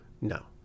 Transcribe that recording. No